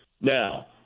Now